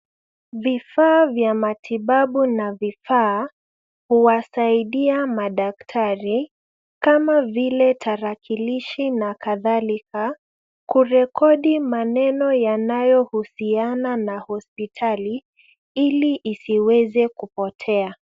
Vifaa vya matibabu na vifaa, huwasaidia madaktari kama vile tarakilishi na kadhalika, kurekodi maneno yanayohusiana na hospitali, ili isiweze kupotea.